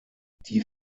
die